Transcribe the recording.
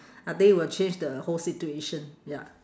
I think it will change the whole situation ya